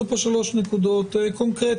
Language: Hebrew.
הועלו פה שלוש נקודות קונקרטיות: